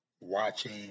watching